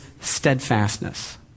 steadfastness